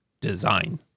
design